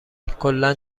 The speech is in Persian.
کلا